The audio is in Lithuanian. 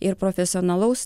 ir profesionalaus